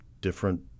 different